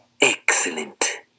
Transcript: Excellent